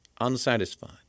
unsatisfied